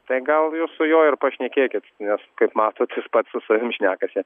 ten gal jau su juo ir pašnekėkit nes kaip matot jis pats su savim šnekasi